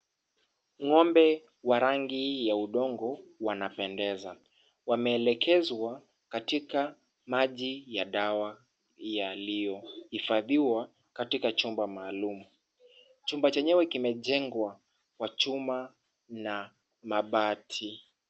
Ng'ombe wa rangi ya udongo wanapendeza. Wameelekezwa katika maji ya dawa yaliyohifadhiwa katika chumba maalum. Chumba chenyewe kimejengwa kwa chuma na mabati.